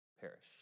perish